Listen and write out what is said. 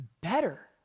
better